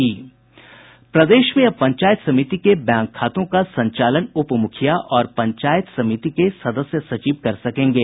प्रदेश में अब पंचायत समिति के बैंक खातों का संचालन उप मुखिया और पंचायत समिति के सदस्य सचिव कर सकेंगे